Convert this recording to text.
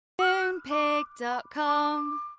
Moonpig.com